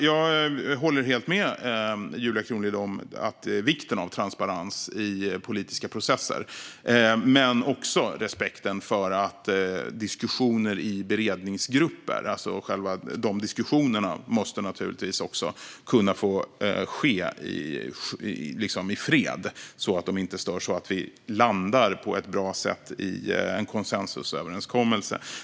Jag håller helt med Julia Kronlid om vikten av transparens i politiska processer, men diskussioner i beredningsgrupper måste naturligtvis också kunna få ske i fred så att de inte störs och så att vi landar på ett bra sätt i en konsensusöverenskommelse.